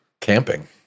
camping